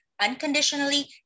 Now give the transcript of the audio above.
unconditionally